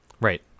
Right